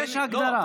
יש הגדרה.